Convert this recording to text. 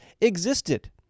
existed